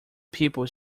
people